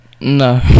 No